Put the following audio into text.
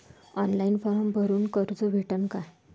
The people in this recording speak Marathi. ऑनलाईन फारम भरून कर्ज भेटन का?